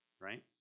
right